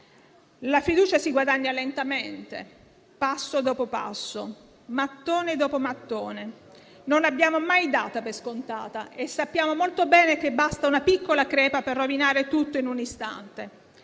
La fiducia si guadagna lentamente, passo dopo passo, mattone dopo mattone; non l'abbiamo mai data per scontata, e sappiamo molto bene che basta una piccola crepa per rovinare tutto in un istante.